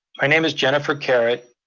my name is jennifer kehret,